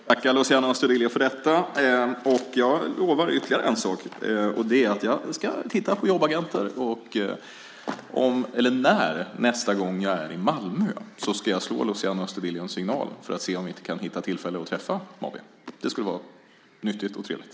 Herr talman! Jag vill tacka Luciano Astudillo för detta. Jag lovar ytterligare en sak, och det är att jag ska titta på jobbagenter. Nästa gång jag är i Malmö ska jag slå Luciano Astudillo en signal för att se om vi inte kan hitta ett tillfälle att träffa Mabi. Det skulle vara nyttigt och trevligt!